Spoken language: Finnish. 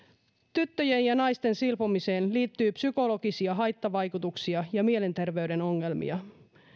tyttöjen ja naisten silpomiseen liittyy psykologisia haittavaikutuksia ja mielenterveyden ongelmia